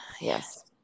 Yes